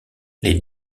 les